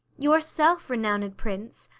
yourself, renowned prince,